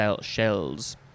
shells